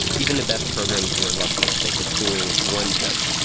even the best programs were lucky if they could fool one judge.